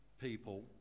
people